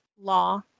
Law